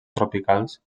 tropicals